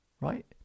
right